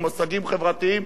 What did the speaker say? מושגים חברתיים,